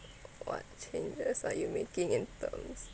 what changes are you making in terms